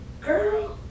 Girl